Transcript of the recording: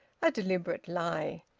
a deliberate lie!